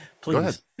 Please